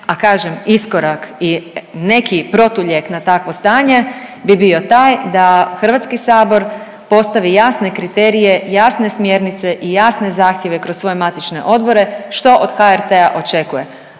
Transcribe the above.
A kažem, iskorak i neki protulijek na takvo stanje bi bio taj da HS postavi jasne kriterije, jasne smjernice i jasne zahtjeve kroz svoje matične odbore što od HRT-a očekuje,